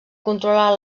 controlar